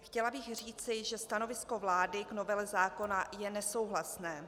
Chtěla bych říci, že stanovisko vlády k novele zákona je nesouhlasné.